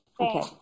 Okay